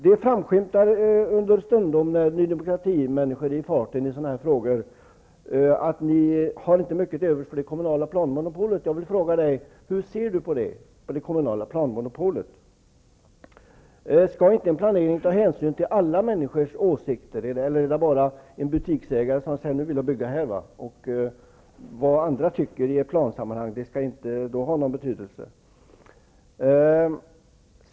Det framskymtar understundom när Ny Demokratimänniskor är i farten i sådan här frågor att ni inte har mycket till övers för det kommunala planmonopolet. Jag vill fråga Dan Eriksson hur han ser på det kommunala planmonopolet. Skall inte en planering ta hänsyn till alla människors åsikter, eller räcker det att en butiksägare säger att han vill bygga på en bestämd plats? Vad andra tycker i plansammanhang skall då inte ha någon betydelse.